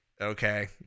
okay